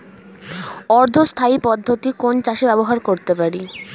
অর্ধ স্থায়ী পদ্ধতি কোন চাষে ব্যবহার করতে পারি?